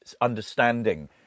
understanding